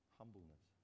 humbleness